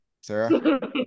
Sarah